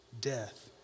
death